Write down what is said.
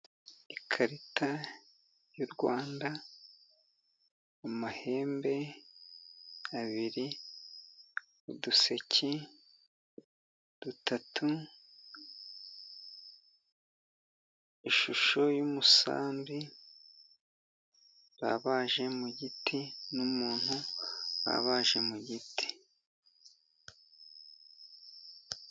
Ikarita y'u Rwanda. Amahembe abiri, uduseke dutatu, ishusho y'umusambi babaje mu giti n'umuntu babaje mu giti.